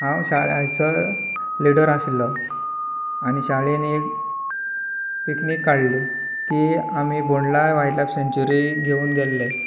हांव शाळाचो लिडर आसलो आनी शाळेन एक पिकनीक काडली ती बोंडला आमी वायल्ड लायफ सेंन्चुरींत घेवून गेल्ले